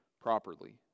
properly